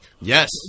Yes